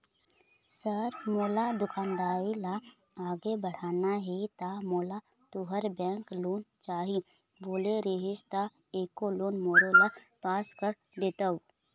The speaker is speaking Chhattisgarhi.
सर मोर दुकानदारी ला आगे बढ़ाना हे ता मोला तुंहर बैंक लोन चाही बोले रीहिस ता एको लोन मोरोला पास कर देतव?